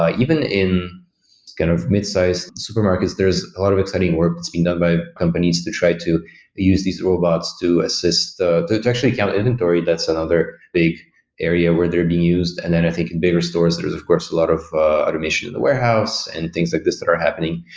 even in kind of midsized supermarkets, there is a lot of exciting work that's been done by companies to try to use these robots to assist to actually count inventory. that's another big area where they're being used. and then i think in bigger stores, there's of course a lot of automation in the warehouse and things like this that are happening.